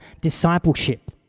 discipleship